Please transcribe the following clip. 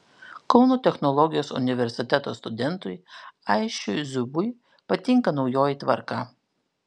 kauno technologijos universiteto studentui aisčiui zubui patinka naujoji tvarka